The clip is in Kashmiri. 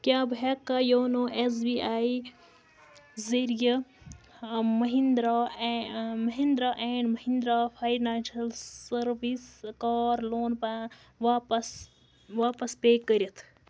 کیٛاہ بہٕ ہٮ۪کا یونو ایٚس بی آی ذٔریعہٕ Mahindra Mahindra and Mahindra financial services car loan واپس واپس پے کٔرِتھ؟